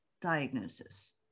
diagnosis